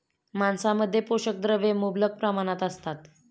मांसामध्ये पोषक द्रव्ये मुबलक प्रमाणात असतात